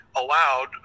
allowed